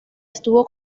estuvo